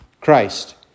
Christ